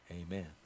Amen